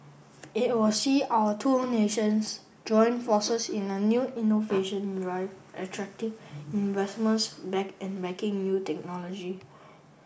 it will see our two nations join forces in a new innovation drive attracting investments back and backing new technology